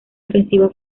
ofensiva